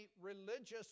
religious